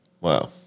Wow